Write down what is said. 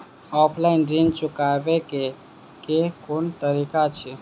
Offline ऋण चुकाबै केँ केँ कुन तरीका अछि?